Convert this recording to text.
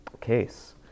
case